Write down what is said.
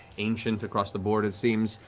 ancient across the board, it seems,